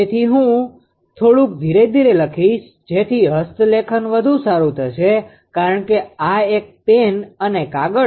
તેથી હું થોડુંક ધીરે ધીરે લખીશ જેથી હસ્તલેખન વધુ સારું થશે કારણ કે આ એક પેન અને કાગળ છે